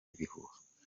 ibihuha